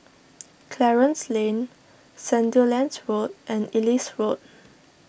Clarence Lane Sandilands Road and Ellis Road